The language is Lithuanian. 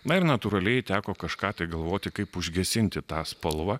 na ir natūraliai teko kažką tai galvoti kaip užgesinti tą spalvą